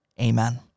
Amen